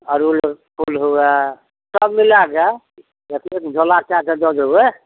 अरहुलके फूल हुए सब मिलाके एक एक झोला कए कऽ दए देबय